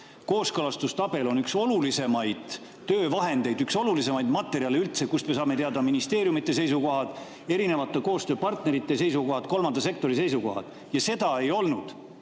Kooskõlastustabel on üks olulisemaid töövahendeid, üks olulisemaid materjale üldse, kust me saame teada ministeeriumide seisukohad, koostööpartnerite seisukohad, kolmanda sektori seisukohad – ja seda ei olnud.